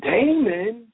Damon